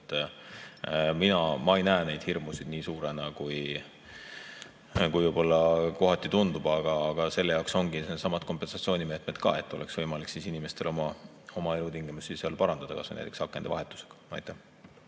ma ei näe neid hirmusid nii suurena, kui võib-olla kohati tundub. Aga selle jaoks ongi needsamad kompensatsioonimeetmed, et oleks võimalik inimestel oma elutingimusi seal parandada, kas või näiteks akende vahetusega. Aitäh!